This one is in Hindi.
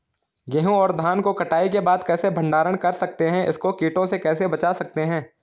गेहूँ और धान को कटाई के बाद कैसे भंडारण कर सकते हैं इसको कीटों से कैसे बचा सकते हैं?